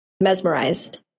mesmerized